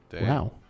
Wow